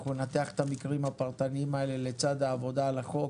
אנחנו ננתח את המקרים הפרטניים האלה לצד העבודה על החוק,